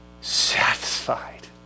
satisfied